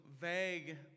vague